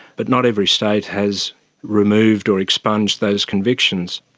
but not every state has removed or expunged those convictions.